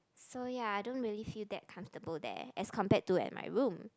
so ya I don't really feel that comfortable there as compared to at my room